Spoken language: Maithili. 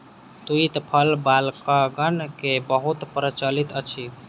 तूईत फल बालकगण मे बहुत प्रचलित अछि